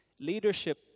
leadership